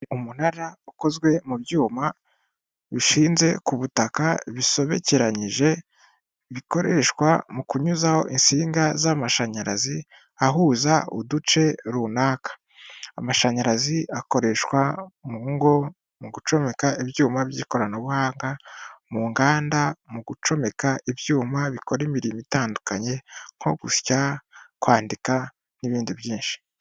Umunara ukozwe mu byuma bishinze ku butaka bisobekeranyije bikoreshwa mu kunyuzaho insinga z'amashanyarazi ahuza uduce runaka, amashanyarazi akoreshwa mu ngo mu gucomeka ibyuma by'ikoranabuhanga, mu nganda mu gucomeka ibyuma bikora imirimo itandukanye nko gusya, kwandika n'ibindi byinshi.